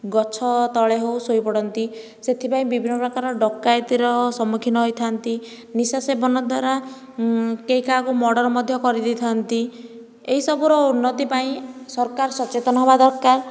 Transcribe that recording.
ଗଛ ତଳେ ହେଉ ଶୋଇପଡ଼ନ୍ତି ସେଥିପାଇଁ ବିଭିନ୍ନ ପ୍ରକାର ଡକାୟତିର ସମ୍ମୁଖୀନ ହୋଇଥାନ୍ତି ନିଶା ସେବନ ଦ୍ୱାରା କେହି କାହାକୁ ମର୍ଡ଼ର ମଧ୍ୟ କରି ଦେଇଥାନ୍ତି ଏହି ସବୁର ଉନ୍ନତି ପାଇଁ ସରକାର ସଚେତନ ହେବା ଦରକାର